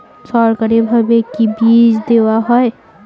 সরকারিভাবে কি বীজ দেওয়া হয়?